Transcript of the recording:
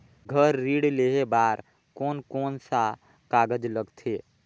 घर ऋण लेहे बार कोन कोन सा कागज लगथे?